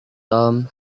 tom